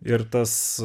ir tas